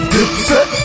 Dipset